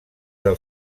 del